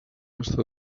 està